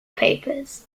papers